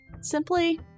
Simply